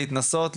להתנסות,